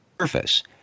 surface